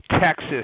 Texas